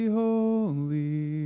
holy